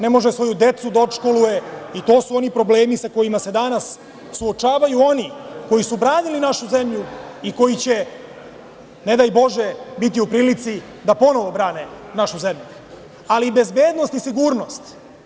Ne može svoju decu da odškoluje i to su oni problemi sa kojima se danas suočavaju oni koji su branili našu zemlju i koji će, ne daj bože, biti u prilici da ponovo brane našu zemlju, ali i bezbednost i sigurnost.